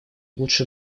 лучше